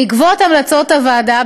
בעקבות המלצות הוועדה,